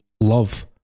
love